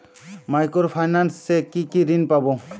Micro finance এ কি কি ঋণ পাবো?